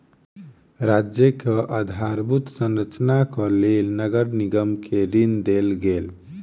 राज्यक आधारभूत संरचनाक लेल नगर निगम के ऋण देल गेल